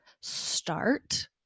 start